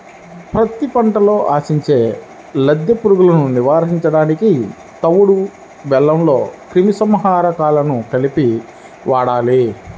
పత్తి పంటను ఆశించే లద్దె పురుగులను నివారించడానికి తవుడు బెల్లంలో క్రిమి సంహారకాలను కలిపి వాడాలి